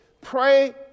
Pray